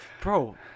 bro